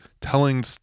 telling